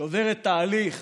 שעוברת תהליך